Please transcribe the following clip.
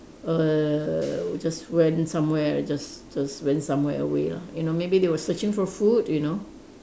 err just went somewhere and just just went somewhere away lah you know maybe they were searching for food you know